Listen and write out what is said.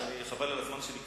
חבל על הזמן שלי כרגע,